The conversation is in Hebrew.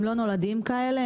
הם לא נולדים כאלה.